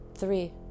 Three